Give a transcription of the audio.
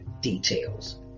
details